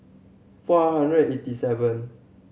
four hundred eighty seven